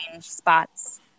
spots